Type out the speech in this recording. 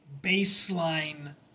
baseline